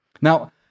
Now